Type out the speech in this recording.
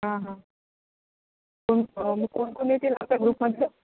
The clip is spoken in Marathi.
हां हां कोण कोणकोण येतील आपल्या ग्रुपमधलं